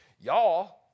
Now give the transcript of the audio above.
y'all